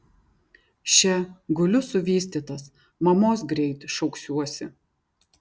še guliu suvystytas mamos greit šauksiuosi